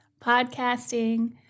podcasting